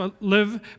live